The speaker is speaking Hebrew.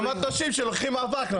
במטושים שלוקחים אבק.